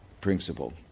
principle